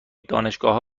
دانشگاهها